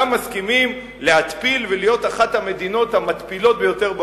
מסכימים להתפיל ולהיות אחת המדינות המתפילות ביותר בעולם,